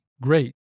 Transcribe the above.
great